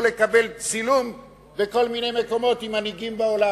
לקבל צילום בכל מיני מקומות עם מנהיגים בעולם.